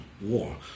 war